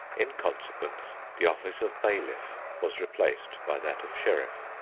in consequence the office of bailiff was replaced by that of sheriff.